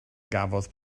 gafodd